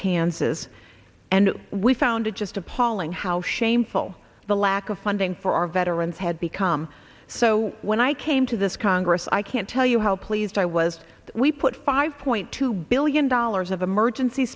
kansas and we found it just appalling how shameful the lack of funding for our veterans had become so when i came to this congress i can't tell you how pleased i was we put five point two billion dollars of emergency